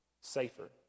safer